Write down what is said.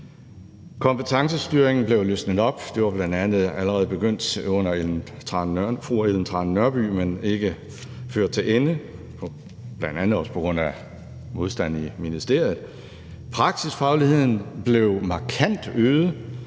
Kompetencestyringen blevet løsnet op – det var bl.a. allerede begyndt under fru Ellen Trane Nørby, men ikke ført til ende, bl.a. også på grund af modstand i ministeriet; praksisfagligheden blev markant øget;